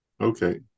Okay